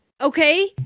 Okay